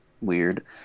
weird